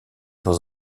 dans